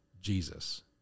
Jesus